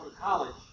college